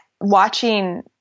watching